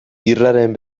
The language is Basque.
irlaren